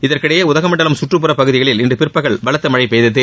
இதற்கிடையே உதகமண்டலம் சுற்றுப்புறப் பகுதிகளில் இன்று பிற்பகல் பலத்த மழை பெய்தது